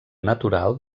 natural